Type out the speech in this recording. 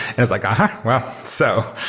it was like, aha! well. so